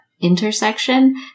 intersection